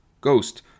Ghost